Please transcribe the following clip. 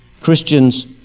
Christians